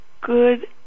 good